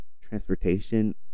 transportation